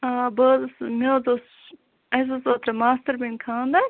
آ بہٕ حظ ٲسٕز مےٚ حظ اوس اسہِ اوس اوترٕ ماستٕر بیٚنہِ خاندَر